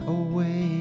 away